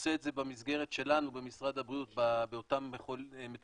עושה את זה במסגרת שלנו במשרד הבריאות באותם מטופלים